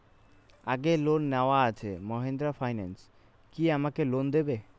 আগের লোন নেওয়া আছে মাহিন্দ্রা ফাইন্যান্স কি আমাকে লোন দেবে?